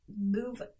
move